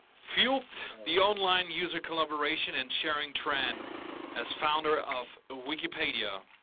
fueled the online user collaboration and sharing trend as founder of wikipedia,